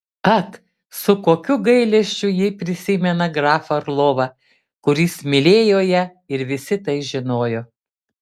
ak su kokiu gailesčiu ji prisimena grafą orlovą kuris mylėjo ją ir visi tai žinojo